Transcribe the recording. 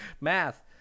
math